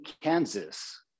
Kansas